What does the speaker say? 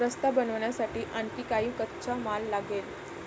रस्ता बनवण्यासाठी आणखी काही कच्चा माल लागेल